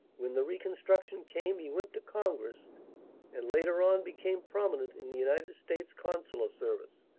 when the reconstruction came he went to congress and later on became prominent in the united states consular service,